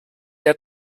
der